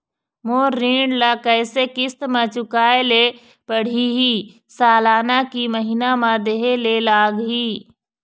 मोर ऋण ला कैसे किस्त म चुकाए ले पढ़िही, सालाना की महीना मा देहे ले लागही?